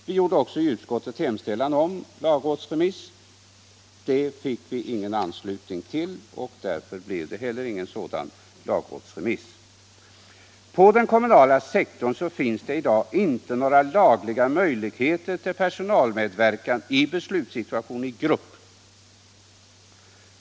Vi gjorde i utskottet en hemställan om lagrådsremiss, men det fick vi ingen anslutning till, och det beklagar jag. På den kommunala sektorn finns i dag inte några lagliga möjligheter till personalmedverkan i beslutssituation i grupp.